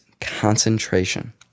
concentration